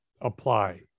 apply